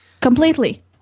Completely